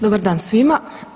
Dobar dan svima.